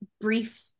brief